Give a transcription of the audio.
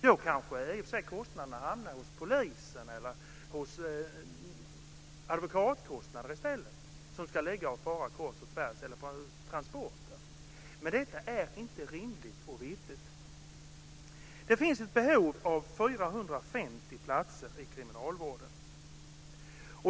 Då kanske i och för sig kostnaderna hamnar hos polisen, eller det kanske blir advokatkostnader i stället när de ska fara kors och tvärs med transporterna. Detta är inte rimligt och riktigt. Det finns ett behov av 450 platser i kriminalvården.